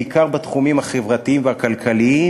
בעיקר בתחומים החברתיים והכלכליים,